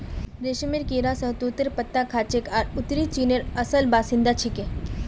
रेशमेर कीड़ा शहतूतेर पत्ता खाछेक आर उत्तरी चीनेर असल बाशिंदा छिके